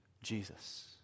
Jesus